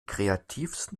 kreativsten